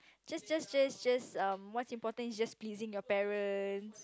just just just just um what's important is just pleasing your parents